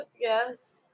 yes